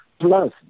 plus